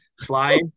fly